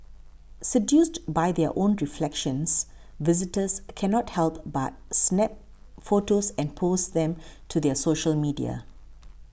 seduced by their own reflections visitors cannot help but snap photos and post them to their social media